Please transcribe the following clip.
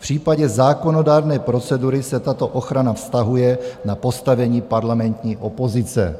V případě zákonodárné procedury se tato ochrana vztahuje na postavení parlamentní opozice.